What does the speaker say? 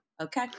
okay